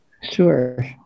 Sure